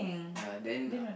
ya then